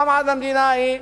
פעם אחת למדינה ההיא,